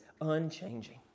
unchanging